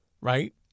Right